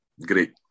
great